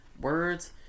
Words